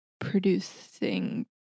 producing